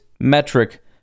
metric